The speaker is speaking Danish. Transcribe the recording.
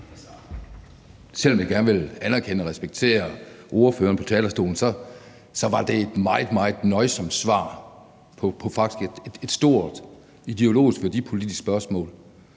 Selv om jeg gerne vil anerkende og respektere ordføreren, der står på talerstolen, var det et meget, meget nøjsomt svar på et faktisk stort ideologisk og værdipolitisk spørgsmål